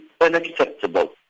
unacceptable